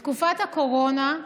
בתקופת הקורונה,